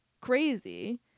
crazy